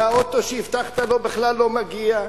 והאוטו שהבטחת לו בכלל לא מגיע.